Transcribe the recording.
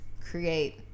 create